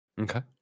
Okay